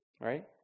right